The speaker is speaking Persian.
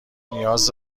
نیاز